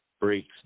breaks